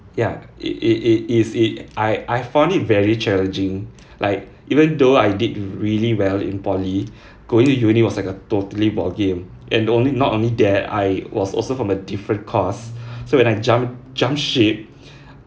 ya it it it is it I I found it very challenging like even though I did really well in poly going to uni was like a totally ballgame and only not only that I was also from a different course so when I jump jump ship